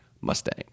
Mustang